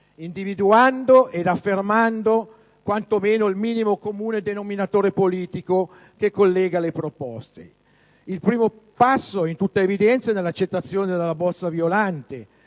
individuando ed affermando quanto meno il minimo comune denominatore politico che collega le due proposte. Il primo passo, in tutta evidenza, è nell'accettazione della cosiddetta